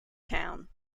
town